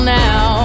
now